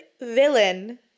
villain